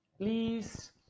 please